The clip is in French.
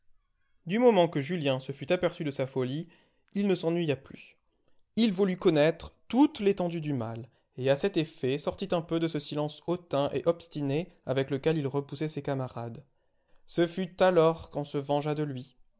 du moment que julien se fut aperçu de sa folie il ne s'ennuya plus il voulut connaître toute l'étendue du mal et à cet effet sortit un peu de ce silence hautain et obstiné avec lequel il repoussait ses camarades ce fut alors qu'on se vengea de lui